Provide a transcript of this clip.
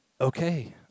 Okay